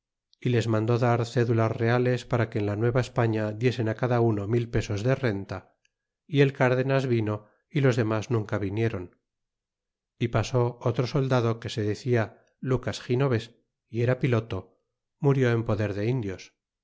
é les mandó dar cédulas reales para que en la nueva españa diesen cada uno mil pesos de renta é el cárdenas vino é los demas nunca viniéron e pasó otro soldado que se decia lucas ginoves y era piloto murió en poder de indios